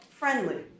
friendly